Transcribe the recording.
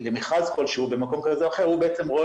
למכרז כלשהוא במקום כזה או אחר הוא רואה